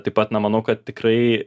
taip pat na manau kad tikrai